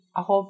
ako